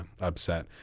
upset